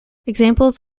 examples